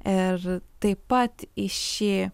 ir taip pat į šį